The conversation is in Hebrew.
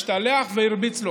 השתלח והרביץ לו.